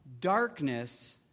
darkness